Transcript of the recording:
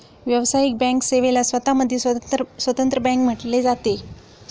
व्यावसायिक बँक सेवेला स्वतः मध्ये स्वतंत्र बँक म्हटले जाते